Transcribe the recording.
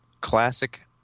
Classic